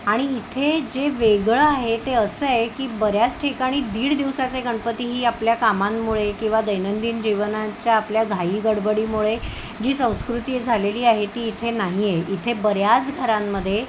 आणि इथे जे वेगळं आहे ते असं आहे की बऱ्याच ठिकाणी दीड दिवसाचे गणपती ही आपल्या कामांमुळे किंवा दैनंदिन जीवनाच्या आपल्या घाई गडबडीमुळे जी संस्कृती झालेली आहे ती इथे नाही आहे इथे बऱ्याच घरांमध्ये